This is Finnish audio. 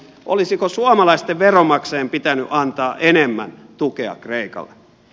olisiko suomalaisten veronmaksajien pitänyt antaa enemmän tukea kreikalle